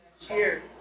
Cheers